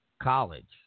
college